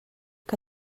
que